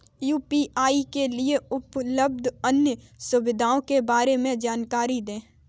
UPI के लिए उपलब्ध अन्य सुविधाओं के बारे में जानकारी दें?